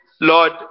Lord